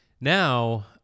Now